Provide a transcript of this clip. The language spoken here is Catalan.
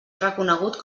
reconegut